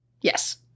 Yes